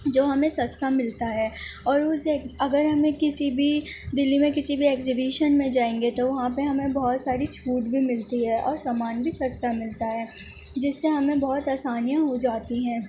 جو ہمیں سستا ملتا ہے اور اس جگ اگر ہمیں کسی بھی دلی میں کسی بھی ایگزیبیشن میں جائیں گے تو وہاں پہ ہمیں بہت ساری چھوٹ بھی ملتی ہے اور سامان بھی سستا ملتا ہے جس سے ہمیں بہت آسانیاں ہوجاتی ہیں